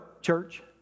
church